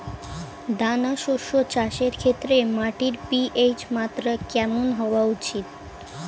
দানা শস্য চাষের ক্ষেত্রে মাটির পি.এইচ মাত্রা কেমন হওয়া উচিৎ?